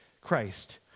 Christ